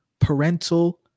parental